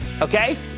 okay